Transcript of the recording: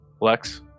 Lex